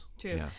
True